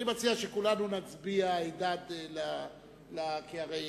אני מציע שכולנו נצביע הידד, כי הרי